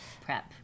Prep